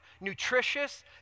nutritious